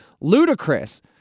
ludicrous